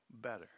better